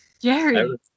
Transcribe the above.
Jerry